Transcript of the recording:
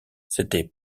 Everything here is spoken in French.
s’était